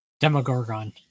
Demogorgon